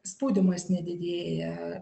spaudimas nedidėja